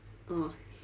oh